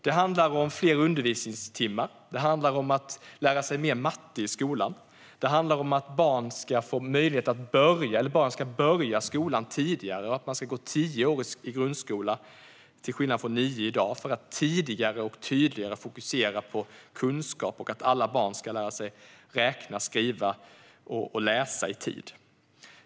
Det handlar om fler undervisningstimmar. Det handlar om att lära sig mer matte i skolan. Det handlar om att barn ska börja skolan tidigare och att de ska gå tio år i grundskola, till skillnad från nio i dag, för att tidigare och tydligare fokusera på kunskap och för att alla barn ska lära sig räkna, skriva och läsa i tid.